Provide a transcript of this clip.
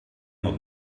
not